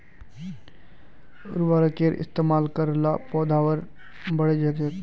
उर्वरकेर इस्तेमाल कर ल पैदावार बढ़छेक